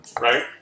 right